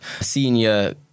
senior